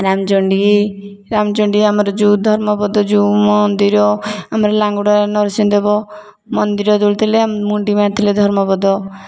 ରାମଚଣ୍ଡୀ ରାମଚଣ୍ଡୀ ଆମର ଯେଉଁ ଧର୍ମପଦ ଯେଉଁ ମନ୍ଦିର ଆମର ଲାଙ୍ଗୁଳା ନରସିଂହ ଦେବ ମନ୍ଦିର ତୋଳିଥିଲେ ମୁଣ୍ଡି ମାରିଥିଲେ ଧର୍ମପଦ